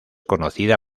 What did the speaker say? conocida